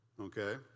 okay